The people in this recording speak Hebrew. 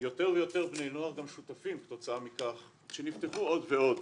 יותר ויותר בני נוער גם שותפים כתוצאה מכך שנפתחו עוד ועוד